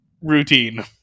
routine